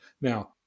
Now